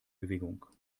bewegung